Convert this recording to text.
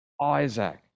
Isaac